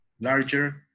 larger